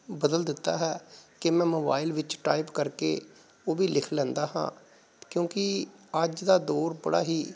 ਬਦਲ ਦਿੱਤਾ ਹੈ ਕਿ ਮੈਂ ਮੋਬਾਈਲ ਵਿੱਚ ਟਾਈਪ ਕਰਕੇ ਉਹ ਵੀ ਲਿਖ ਲੈਂਦਾ ਹਾਂ ਕਿਉਂਕਿ ਅੱਜ ਦਾ ਦੌਰ ਬੜਾ ਹੀ